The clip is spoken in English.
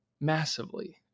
massively